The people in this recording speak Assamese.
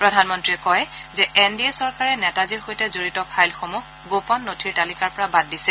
প্ৰধানমন্ত্ৰীয়ে কয় যে এন ডি এ চৰকাৰে নেতাজীৰ সৈতে জডিত ফাইলসমূহ গোপন নথিৰ তালিকাৰ পৰা বাদ দিছে